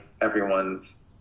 everyone's